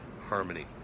harmony